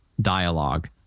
dialogue